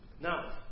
Now